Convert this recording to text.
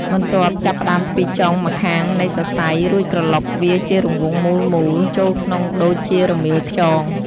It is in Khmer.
បន្ទាប់ចាប់ផ្តើមពីចុងម្ខាងនៃសរសៃ រួចក្រឡុកវាជារង្វង់មូលៗចូលក្នុងដូចជារមៀលខ្យង។